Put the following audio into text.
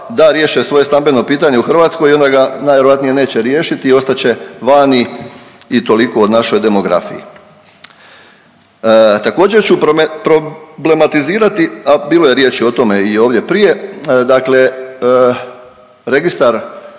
da riješe svoje stambeno pitanje u Hrvatskoj i onda ga najvjerojatnije neće riješiti i ostat će vani i toliko o našoj demografiji. Također ću problematizirati, a bilo je riječi o tome i ovdje prije. Dakle, registar